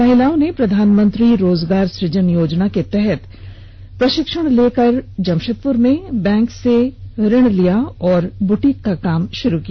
महिलाओं ने प्रधानमंत्री रोजगार सृजन योजना के तहत प्रेशिक्षण लेकर बैंक से ऋण लेकर बुटीक का काम शुरू किया